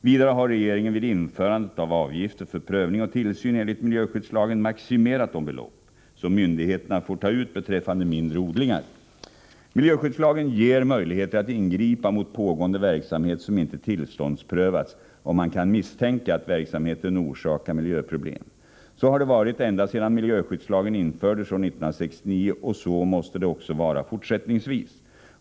Vidare har regeringen, vid införandet av avgifter för prövning och tillsyn enligt miljöskyddslagen, maximerat de belopp som myndigheterna får ta ut beträffande mindre odlingar. Miljöskyddslagen ger möjligheter att ingripa mot pågående verksamhet som inte tillståndsprövats, om man kan misstänka att verksamheten orsakar miljöproblem. Så har det varit ända sedan miljöskyddslagen infördes år 1969, och så måste det också vara fortsättningsvis.